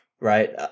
right